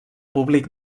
públic